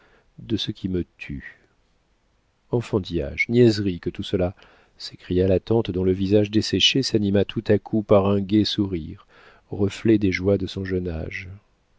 de ce qui me tue enfantillages niaiseries que tout cela s'écria la tante dont le visage desséché s'anima tout à coup par un gai sourire reflet des joies de son jeune âge